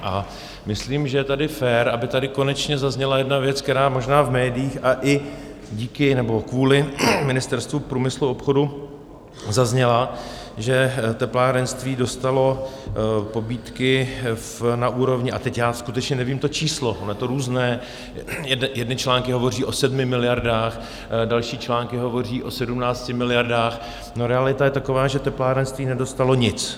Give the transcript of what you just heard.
A myslím, že je tedy fér, aby tady konečně zazněla jedna věc, která možná v médiích a i díky nebo kvůli Ministerstvu průmyslu a obchodu zazněla, že teplárenství dostalo pobídky na úrovni a teď já skutečně nevím to číslo, ono to různé, jedny články hovoří o 7 miliardách, další články hovoří o 17 miliardách realita je taková, že teplárenství nedostalo nic.